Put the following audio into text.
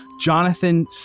Jonathan